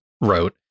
wrote